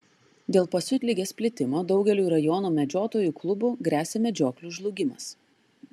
dėl pasiutligės plitimo daugeliui rajono medžiotojų klubų gresia medžioklių žlugimas